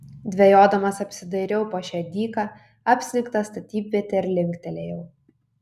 dvejodamas apsidairiau po šią dyką apsnigtą statybvietę ir linktelėjau